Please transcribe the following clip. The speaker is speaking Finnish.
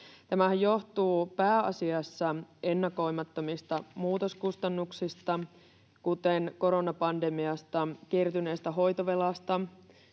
Tämähän johtuu pääasiassa ennakoimattomista muutoskustannuksista, kuten koronapandemiasta kertyneestä hoitovelasta,